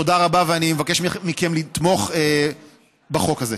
תודה רבה, ואני מבקש מכם לתמוך בחוק הזה.